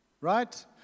right